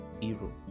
hero